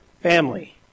family